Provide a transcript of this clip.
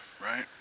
right